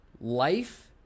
life